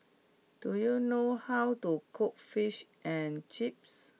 do you know how to cook Fish and Chips